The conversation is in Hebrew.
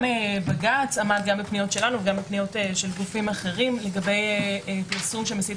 בג"ץ עמד גם בפניות שלנו וגם בפניות של גופים אחרים לגבי פרסום שמסית